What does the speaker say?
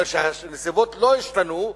אומר שהנסיבות לא השתנו,